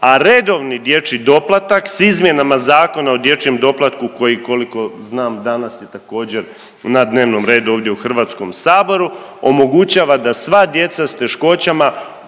a redovni dječji doplatak s izmjenama zakona o dječjem doplatku koji koliko znam, danas je također na dnevnom redu ovdje u Hrvatskom saboru, omogućava da sva djeca s teškoćama